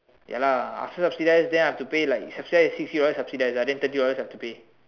ya lah after subsidize then I have to pay like subsidize sixty dollars subsidize ah then thirty dollars I have to pay